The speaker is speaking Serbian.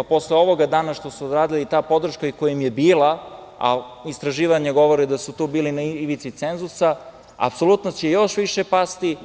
Posle ovoga danas što su uradili, ta podrška i koja im je bila, a istraživanja govore da su bili na ivici cenzusa, apsolutno će još više pasti,